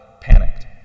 panicked